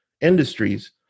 industries